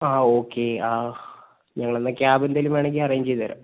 ആ ഓക്കെ ആ ഞങ്ങൾ എന്നാൽ ക്യാബ് എന്തെങ്കിലും വേണമെങ്കിൽ അറേഞ്ച് ചെയ്തുതരാം